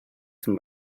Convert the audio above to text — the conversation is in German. zum